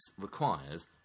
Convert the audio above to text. requires